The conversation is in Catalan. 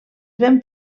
ven